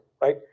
right